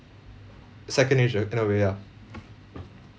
second nature in a way ya